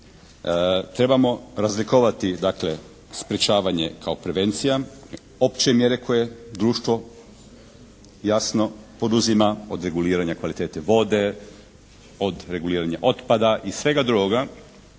Trebamo razlikovati dakle sprječavanje kao prevencija, opće mjere koje društvo jasno poduzima od reguliranja kvalitete vode, od reguliranja otpada i svega drugoga.